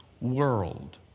world